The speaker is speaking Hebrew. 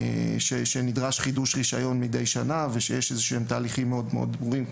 שדורש חידוש רישיון מדי שנה ושיש לגביו תהליכים מאוד ברורים,